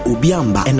Ubiamba